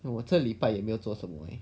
哦我这礼拜也没有做什么 leh